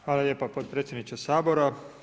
Hvala lijepa potpredsjedniče Sabora.